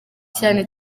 cyane